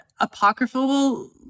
apocryphal